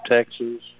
Texas